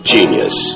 Genius